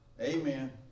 Amen